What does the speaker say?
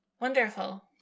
wonderful